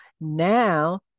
now